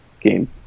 game